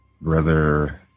Brother